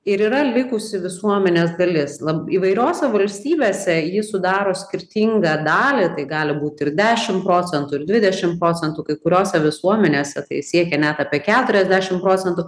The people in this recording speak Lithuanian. ir yra likusi visuomenės dalis lab įvairiose valstybėse ji sudaro skirtingą dalį tai gali būt ir dešim procentų ir dvidešim procentų kai kuriose visuomenėse tai siekia net apie keturiasdešim procentų